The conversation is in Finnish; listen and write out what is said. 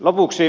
lopuksi